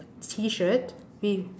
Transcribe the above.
T shirt with